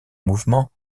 mouvement